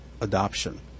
adoption